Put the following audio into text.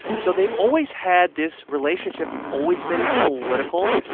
so they've always had this relationship. it's always been political.